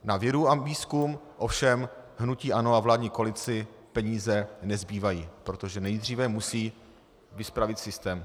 Na vědu a výzkum ovšem hnutí ANO a vládní koalici peníze nezbývají, protože nejdříve musí vyspravit systém.